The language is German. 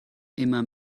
immer